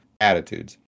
attitudes